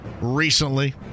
recently